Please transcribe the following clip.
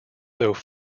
though